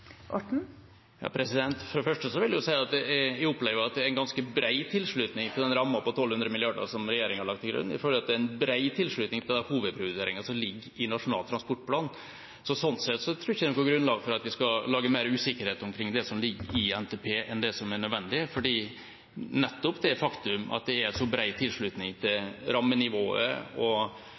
For det første vil jeg si at jeg opplever at det er en ganske bred tilslutning til den rammen på 1 200 mrd. kr som regjeringa har lagt til grunn. Jeg føler at det er en bred tilslutning til hovedprioriteringene som ligger i Nasjonal transportplan. Sånn sett tror jeg det ikke er noe grunnlag for at vi skal lage mer usikkerhet omkring det som ligger i NTP, enn det som er nødvendig, for nettopp det faktum at det er en så bred tilslutning til rammenivået og